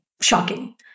shocking